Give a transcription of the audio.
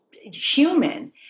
human